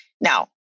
now